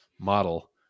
model